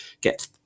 get